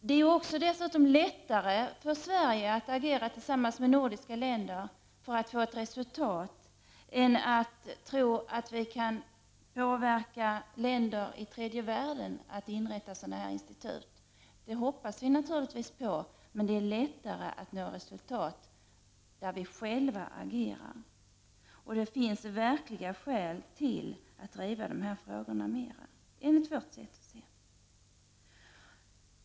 Det är dessutom lättare för Sverige att agera tillsammans med nordiska länder för att få ett resultat, än att tro att vi kan påverka länder i tredje världen att inrätta sådana här institut. Det vore naturligtvis bra om de gjorde det, men det är lättare att nå resultat när vi själva agerar. Det finns alltså verkliga skäl för att driva dessa frågor hårdare.